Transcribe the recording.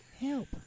Help